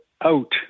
out